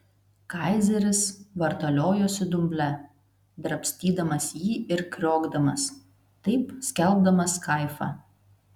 kaizeris vartaliojosi dumble drabstydamas jį ir kriokdamas taip skelbdamas kaifą